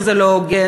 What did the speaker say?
שזה לא הוגן,